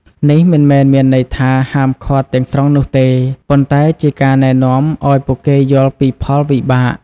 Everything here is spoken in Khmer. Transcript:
នេះមិនមែនមានន័យថាហាមឃាត់ទាំងស្រុងនោះទេ ប៉ុន្តែជាការណែនាំឲ្យពួកគេយល់ពីផលវិបាក។